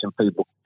people